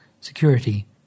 Security